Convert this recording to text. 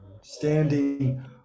standing